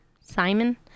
Simon